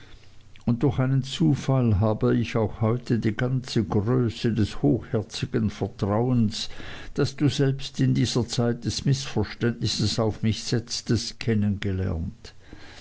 und durch einen zufall habe ich auch heute die ganze größe des hochherzigen vertrauens das du selbst in dieser zeit des mißverständnisses auf mich setztest